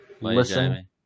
Listen